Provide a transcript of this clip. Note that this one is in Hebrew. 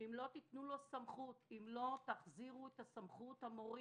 כוח וסמכות, אם לא תחזירו את הסמכות המורית,